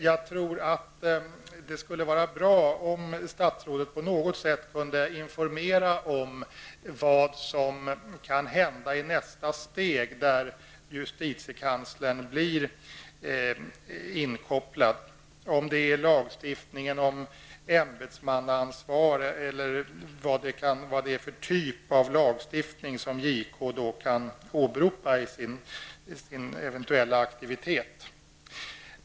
Jag tror att det skulle vara bra om statsrådet på något sätt kunde informera om vad som kan hända i nästa steg, när justitiekanslern blir inkopplad. Är det lagstiftningen om ämbetsmannaansvar, eller vad är det för typ av lagstiftning som JK då kan åberopa i sin eventuella aktivitet?